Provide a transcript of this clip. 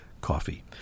coffee